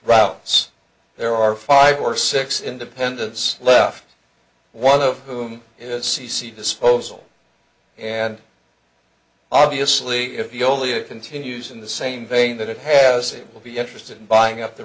routes there are five or six independents left one of whom is c c disposal and obviously if you only it continues in the same vein that it has it will be interested in buying up the